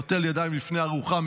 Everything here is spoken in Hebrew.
נוטל ידיים לפני הארוחה,